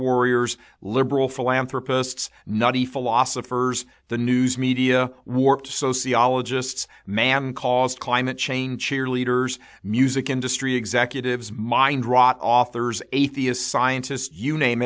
warriors liberal philanthropist nutty philosophers the news media warped sociologists man caused climate change cheerleaders music industry executives mind rot authors atheist scientists you name